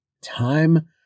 Time